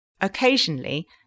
Occasionally